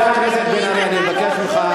איפה הסקרים?